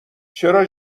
چرا